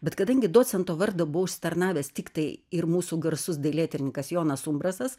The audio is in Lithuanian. bet kadangi docento vardą buvo užsitarnavęs tiktai ir mūsų garsus dailėtyrininkas jonas umbrasas